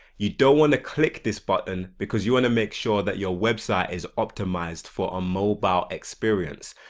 you don't want to click this button because you want to make sure that your website is optimized for a mobile experience.